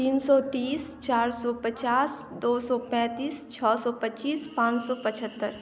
तीन सए तीस चार सए पचास दो सए पैंतीस छह सए पचीस पांच सए पछहत्तरि